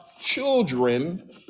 children